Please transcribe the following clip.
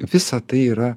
visa tai yra